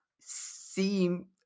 seem